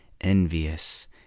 envious